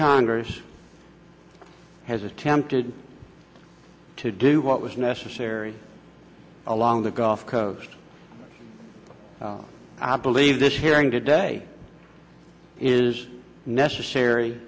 congress has attempted to do what was necessary along the gulf coast i believe this hearing today is necessary